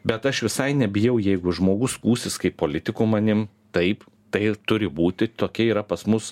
bet aš visai nebijau jeigu žmogus skųsis kaip politiku manim taip tai turi būti tokia yra pas mus